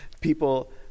people